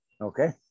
Okay